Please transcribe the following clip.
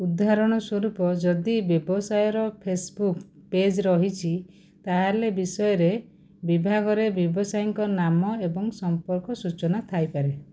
ଉଦାହରଣ ସ୍ୱରୂପ ଯଦି ବ୍ୟବସାୟର ଫେସବୁକ୍ ପେଜ୍ ରହିଛି ତା'ହେଲେ ବିଷୟରେ ବିଭାଗରେ ବ୍ୟବସାୟୀଙ୍କ ନାମ ଏବଂ ସମ୍ପର୍କ ସୂଚନା ଥାଇପାରେ